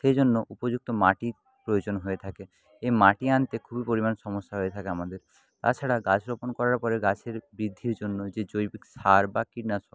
সেই জন্য উপযুক্ত মাটির প্রয়োজন হয়ে থাকে এই মাটি আনতে খুবই পরিমাণ সমস্যা হয়ে থাকে আমাদের তাছাড়া গাছ রোপন করার ফলে গাছের বৃদ্ধির জন্য যে জৈবিক সার বা কীটনাশক